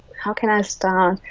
how can i start?